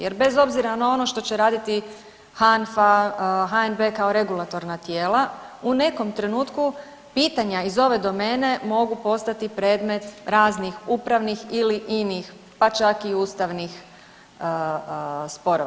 Jer bez obzira što će raditi HANFA, HNB kao regulatorna tijela u nekom trenutku pitanja iz ove domene mogu postati predmet raznih upravnih ili inih, pa čak i ustavnih sporova.